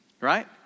Right